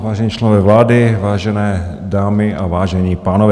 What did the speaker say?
Vážení členové vlády, vážené dámy a vážení pánové.